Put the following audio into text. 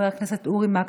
חבר הכנסת אורי מקלב,